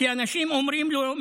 אנשים אומרים לו,